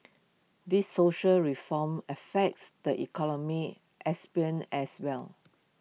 these social reforms affects the economic sphere as well